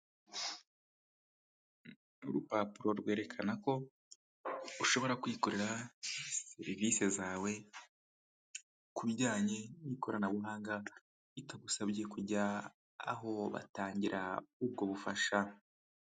Urupapuro rwerekana ko, ushobora kwikorera serivisi zawe ku bijyanye n'ikoranabuhanga, bitagusabye kujya aho batangira ubwo bufasha.